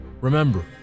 Remember